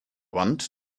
want